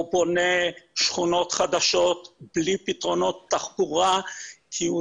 או בונה שכונות חדשות בלי פתרונות תחבורה כי הוא